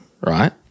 right